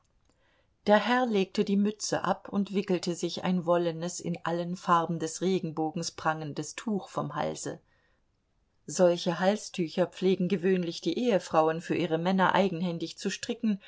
der herr legte die mütze ab und wickelte sich ein wollenes in allen farben des regenbogens prangendes tuch vom halse solche halstücher pflegen gewöhnlich die ehefrauen für ihre männer eigenhändig zu stricken